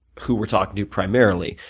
who we're talking to, primarily.